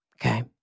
okay